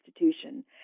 institution